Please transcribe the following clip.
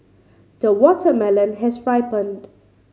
the watermelon has ripened